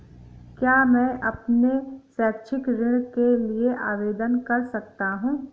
क्या मैं अपने शैक्षिक ऋण के लिए आवेदन कर सकता हूँ?